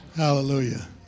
Hallelujah